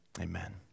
amen